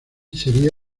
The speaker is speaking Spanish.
sería